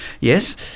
Yes